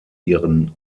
ihren